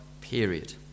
period